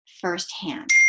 firsthand